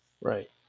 right